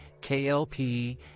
KLP